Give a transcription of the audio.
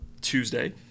Tuesday